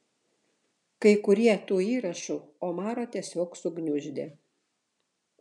kai kurie tų įrašų omarą tiesiog sugniuždė